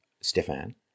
Stefan